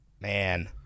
Man